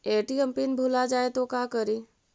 ATM PIN भुला जाए तो का करी?